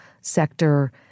sector